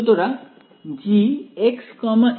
সুতরাং Gxx′